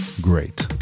great